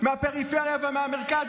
מהפריפריה והמרכז,